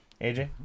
AJ